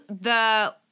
the-